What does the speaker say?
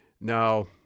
Now